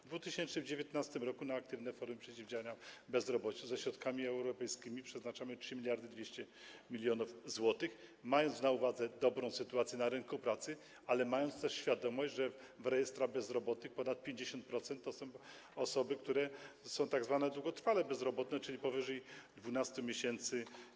W 2019 r. na aktywne formy przeciwdziałania bezrobociu ze środkami europejskimi przeznaczamy 3200 mln zł, mając na uwadze dobrą sytuację na rynku pracy, ale mając też świadomość, że w rejestrach bezrobotnych ponad 50% to są osoby, które są długotrwale bezrobotne, czyli powyżej 12 miesięcy.